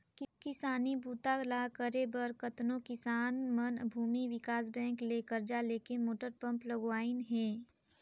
किसानी बूता ल करे बर कतनो किसान मन भूमि विकास बैंक ले करजा लेके मोटर पंप लगवाइन हें